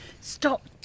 stop